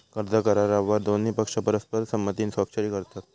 कर्ज करारावर दोन्ही पक्ष परस्पर संमतीन स्वाक्षरी करतत